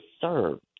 served